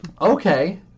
Okay